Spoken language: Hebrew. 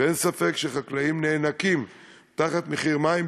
ואין ספק שחקלאים נאנקים תחת מחיר מים,